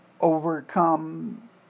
overcome